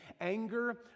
Anger